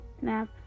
map